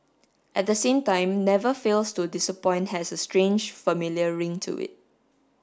at the same time never fails to disappoint has a strange familiar ring to it